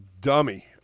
dummy